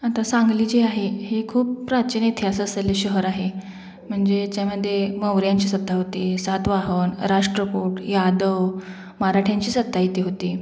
आता सांगली जे आहे हे खूप प्राचीन इतिहास असलेले शहर आहे म्हणजे याच्यामध्ये मौर्यांची सत्ता होती सातवाहन राष्ट्रकूट यादव मराठ्यांची सत्ता इथे होती